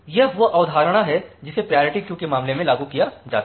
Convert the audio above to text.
यह वह अवधारणा है जिसे प्रायोरिटी क्यू के मामले में लागू किया जाता है